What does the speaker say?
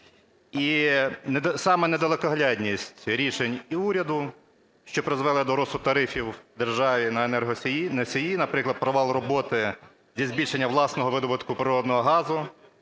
І саме недалекоглядність рішень і уряду, що призвело до росту тарифів у державі на енергоносії, наприклад, провал роботи для збільшення власного видобутку природного газу